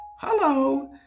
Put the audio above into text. hello